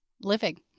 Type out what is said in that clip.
Living